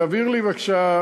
תעביר לי בבקשה,